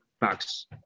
box